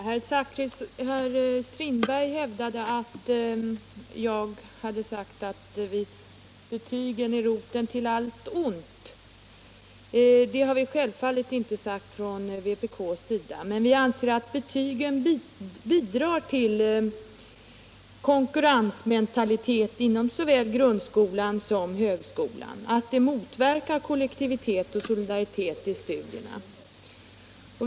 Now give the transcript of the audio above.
Herr talman! Herr Strindberg hävdade att jag hade sagt att betygen är roten till allt ont. Detta har vi i vpk givetvis inte sagt, men vi anser att betygen bidrar till en konkurrensmentalitet inom såväl grundskolan som högskolan och att de motverkar kollektivitet och solidaritet i studierna.